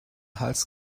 hals